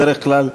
בדרך כלל,